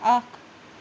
اَکھ